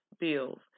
bills